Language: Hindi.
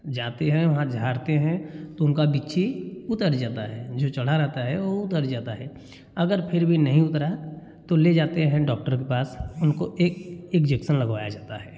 जाते हैं वहाँ झारते हैं तो उनका बिच्छी उतर जाता है जो चढ़ा रहता है वो उतर जाता है अगर फिर भी नहीं उतरा तो ले जाते हैं डॉक्टर के पास उनको एक इग्जेक्सन लगवाया जाता है